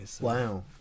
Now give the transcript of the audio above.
Wow